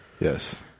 Yes